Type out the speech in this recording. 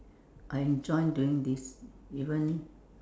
I enjoy doing this even